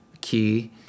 key